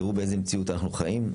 תראו באיזו מציאות אנחנו חיים.